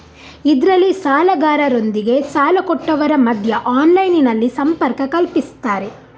ಇದ್ರಲ್ಲಿ ಸಾಲಗಾರರೊಂದಿಗೆ ಸಾಲ ಕೊಟ್ಟವರ ಮಧ್ಯ ಆನ್ಲೈನಿನಲ್ಲಿ ಸಂಪರ್ಕ ಕಲ್ಪಿಸ್ತಾರೆ